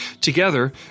Together